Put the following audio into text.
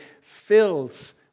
Fills